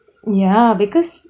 ya because